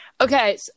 okay